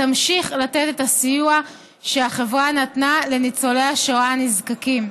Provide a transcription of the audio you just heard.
תמשיך לתת את הסיוע שהחברה נתנה לניצולי השואה הנזקקים,